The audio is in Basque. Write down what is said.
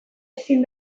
ezin